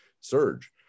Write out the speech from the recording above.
surge